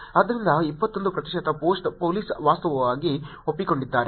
ಆದ್ದರಿಂದ 21 ಪ್ರತಿಶತ post police ವಾಸ್ತವವಾಗಿ ಒಪ್ಪಿಕೊಂಡಿದ್ದಾರೆ